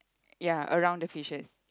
ya around the fishes